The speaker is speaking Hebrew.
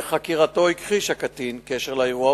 בחקירתו הכחיש הקטין קשר לאירוע,